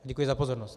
Děkuji za pozornost.